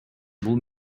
бул